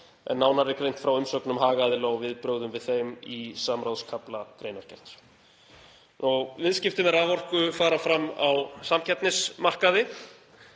en nánar er greint frá umsögnum hagaðila og viðbrögð við þeim í samráðskafla greinargerðar. Viðskipti með raforku fara fram á samkeppnismarkaði.